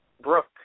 Brooke